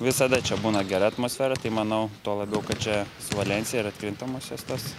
visada čia būna gera atmosfera tai manau tuo labiau kad čia valensija ir atkrintamosios tos